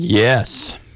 Yes